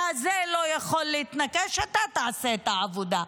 זה לא יכול להתנקש אז אתה תעשה את העבודה.